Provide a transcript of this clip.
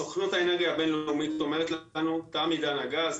סוכנות האנרגיה הבין-לאומית אומרת לנו שתם עידן הגז,